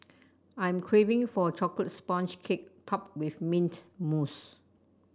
I am craving for a chocolate sponge cake topped with mint mousse